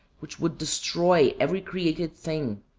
which would destroy every created thing,